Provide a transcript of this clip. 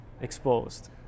exposed